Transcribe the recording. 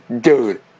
dude